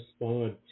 respond